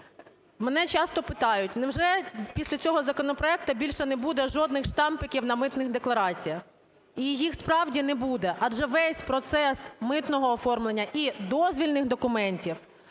Мене часто питають: невже після цього законопроекту більше не буде жодних штампиків на митних деклараціях? І їх, справді, не буде, адже весь процес митного оформлення і дозвільних документів,